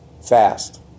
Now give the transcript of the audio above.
fast